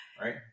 Right